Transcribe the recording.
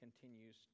continues